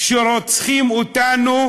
שרוצחים אותנו,